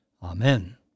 Amen